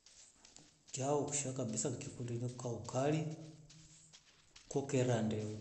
Chao kishaa kabisa iini ngikundi kabisa ini ni ukari ko kera nde.